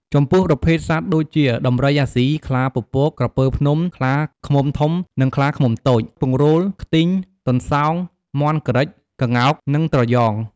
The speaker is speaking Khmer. ចំពោះប្រភេទសត្វដូចជាដំរីអាស៊ី ខ្លាពពក ក្រពើភ្នំ ខ្លាឃ្មុំធំ និង ខ្លាឃ្មុំតូច ពង្រូល ខ្ទីង ទន្សោង មាន់ក្រិច ក្ងោក និងត្រយង។